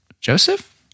Joseph